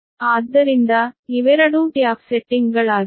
ಆದ್ದರಿಂದ ಇವೆರಡೂ ಟ್ಯಾಪ್ ಸೆಟ್ಟಿಂಗ್ಗಳಾಗಿವೆ